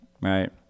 right